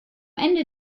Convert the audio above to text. ende